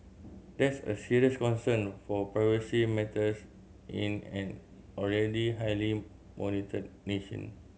that's a serious concern for privacy matters in an already highly monitored nation